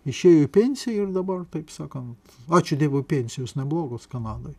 išėjo į pensiją ir dabar taip sakant ačiū dievui pensijos neblogos kanadoj